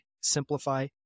simplify